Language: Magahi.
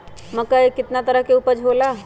मक्का के कितना तरह के उपज हो ला?